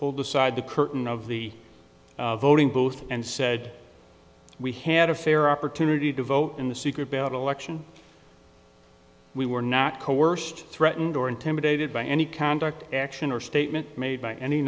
pulled aside the curtain of the voting booth and said we had a fair opportunity to vote in the secret ballot election we were not coerced threatened or intimidated by any conduct action or statement made by any